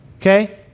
okay